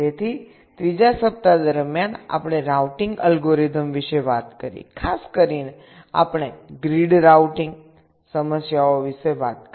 તેથી ત્રીજા સપ્તાહ દરમિયાન આપણે રાઉટિંગ એલ્ગોરિધમ્સ વિશે વાત કરી ખાસ કરીને આપણે ગ્રીડ રાઉટિંગ સમસ્યાઓ વિશે વાત કરી